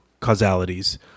causalities